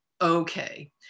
okay